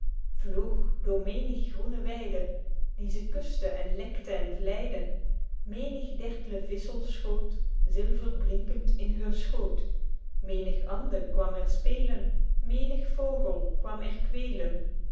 vloog door menig groene weide die ze kuste en lekte en vleide menig dertle vissel schoot zilverblinkend in heur schoot menig ande kwam er spelen menig vogel kwam er